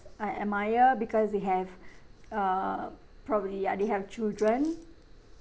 I admire because they have err probably ya they have children